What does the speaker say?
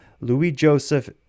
Louis-Joseph